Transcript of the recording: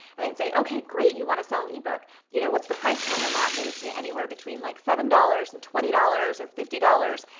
and then i'd say, okay, great. you want to sell an e-book. you know what's the price point on that? and they would say anywhere between like seven dollars and twenty dollars or fifty dollars,